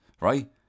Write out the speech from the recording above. right